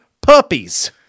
puppies